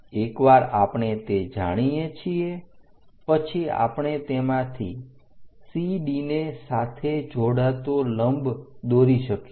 એક વાર આપણે તે જાણીએ છીએ પછી આપણે તેમાંથી CD ને સાથે જોડાતો લંબ દોરી શકીએ